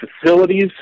facilities